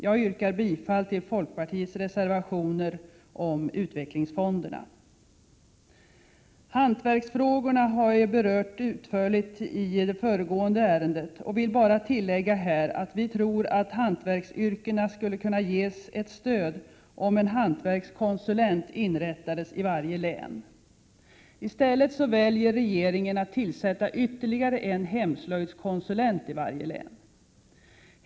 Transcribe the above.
Jag yrkar bifall till folkpartiets reservationer om utvecklingsfonderna. Hantverksfrågorna har jag berört utförligt i det föregående ärendet, och jag vill här bara tillägga att vi tror att hantverksyrkena skulle kunna ges ett stöd om en hantverkskonsulent tillsattes i varje län. I stället väljer regeringen att tillsätta ytterligare en hemslöjdskonsulent i varje län.